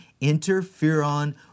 interferon